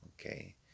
okay